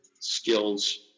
skills